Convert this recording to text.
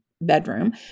bedroom